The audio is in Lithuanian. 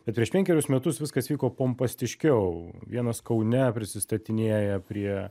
bet prieš penkerius metus viskas vyko pompastiškiau vienas kaune prisistatinėja prie